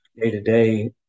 day-to-day